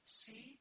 see